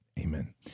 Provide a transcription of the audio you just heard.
Amen